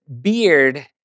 beard